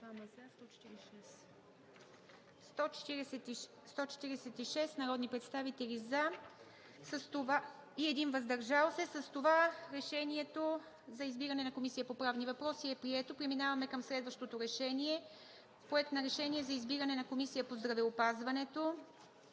146 народни представители – за, против няма, въздържал се 1. С това Решението за избиране на Комисия по правни въпроси е прието. Преминаваме към следващото решение, което е за избиране на Комисия по здравеопазването.